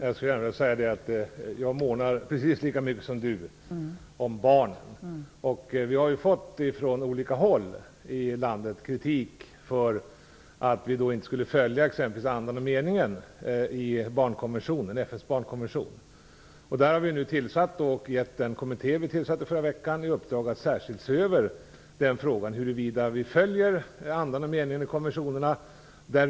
Fru talman! Jag skall gärna säga att jag månar om barnen precis lika mycket som Ragnhild Pohanka. Vi har fått kritik från olika håll i landet för att vi inte skulle följa andan och meningen i FN:s barnkonvention. Vi tillsatte en kommitté i förra veckan, som har fått i uppdrag att särskilt se över frågan huruvida vi följer andan och meningen i konventionen.